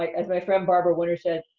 as my friend barbara winter said,